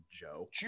Joe